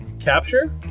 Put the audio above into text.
capture